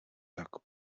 tak